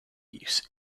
use